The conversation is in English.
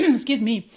excuse me.